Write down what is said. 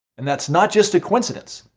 and that's not just a coincidence.